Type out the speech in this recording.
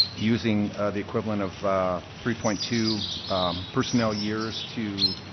using the equivalent of three point two personnel years to